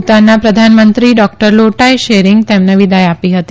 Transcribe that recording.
ભુતાનના પ્રધાનમંત્રી ડોક્ટર લોટાથ ત્રોરિંગે તેમને વિદાય આપી હતી